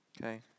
Okay